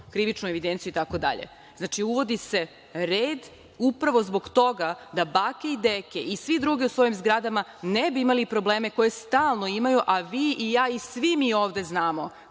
krivičnu evidenciju, itd. Znači, uvodi se red upravo zbog toga da bake i deke i svi drugi u svojim zgradama ne bi imali probleme koje stalno imaju, a vi i ja i svi mi ovde znamo